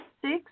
six